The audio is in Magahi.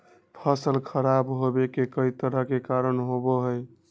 फसल खराब होवे के कई तरह के कारण होबा हई